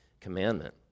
commandment